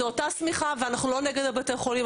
זו אתה השמיכה ואנחנו לא נגד בתי החולים,